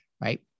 right